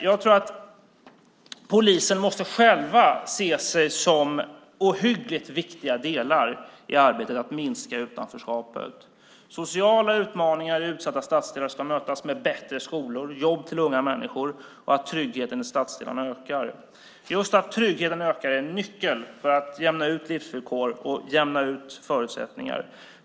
Jag tror att polisen måste se sig själv som en ohyggligt viktig del i arbetet med att minska utanförskapet. Sociala utmaningar i utsatta stadsdelar ska mötas med bättre skolor och jobb till unga människor och med att tryggheten i stadsdelarna ökar. Just att tryggheten ökar är en nyckel för att jämna ut när det gäller livsvillkor och andra förutsättningar.